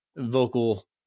vocal